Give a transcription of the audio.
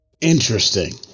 Interesting